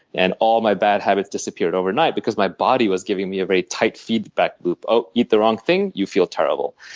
and all my bad habits disappeared overnight because my body was giving me a very tight feedback loop ah eat the wrong thing, you feel terrible.